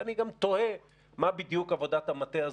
ואני גם תוהה מה בדיוק עבודת המטה הזאת,